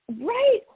Right